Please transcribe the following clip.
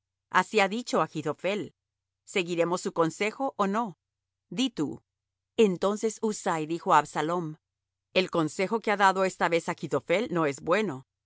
así ha dicho achitophel seguiremos su consejo ó no di tú entonces husai dijo á absalom el consejo que ha dado esta vez achitophel no es bueno